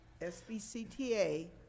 SBCTA